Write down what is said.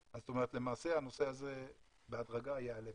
למעשה, הנושא הזה בהדרגה ייעלם.